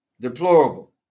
deplorable